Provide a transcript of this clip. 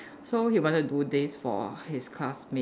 so he wanted do this for his classmate